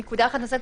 נקודה אחת נוספת,